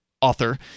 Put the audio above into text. author